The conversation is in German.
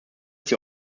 die